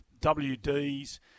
WDs